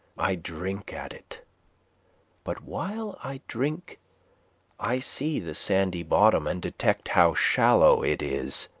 i drink at it but while i drink i see the sandy bottom and detect how shallow it is.